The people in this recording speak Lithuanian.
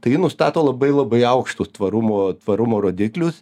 taigi nustato labai labai aukštus tvarumo tvarumo rodiklius